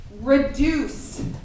reduce